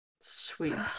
sweet